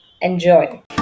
Enjoy